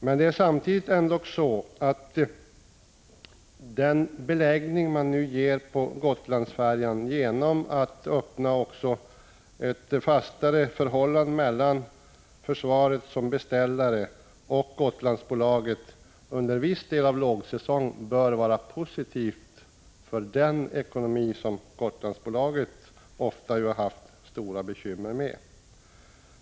Men den ökade beläggning under viss del av lågsäsong som kan bli möjlig genom att det nu skapas ett fastare förhållande mellan försvaret som beställare och Gotlandsbolaget bör samtidigt vara positiv för den ekonomi som Gotlandsbolaget ofta haft stora bekymmer med.